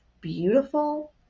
beautiful